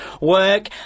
work